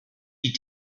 die